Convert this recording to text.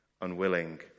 unwilling